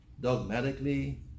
dogmatically